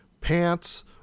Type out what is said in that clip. pants